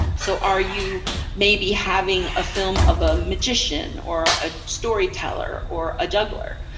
so are you maybe having a film of a magician or a storyteller or a juggler.